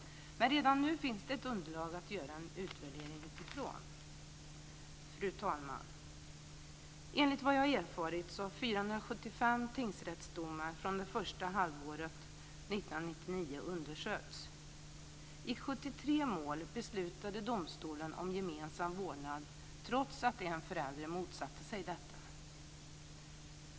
Men redan nu finns det ett underlag att göra en utvärdering utifrån. Fru talman! Enligt vad jag har erfarit har 475 tingsrättsdomar från det första halvåret 1999 undersökts. I 73 mål beslutade domstolen om gemensam vårdnad trots att en förälder motsatte sig detta.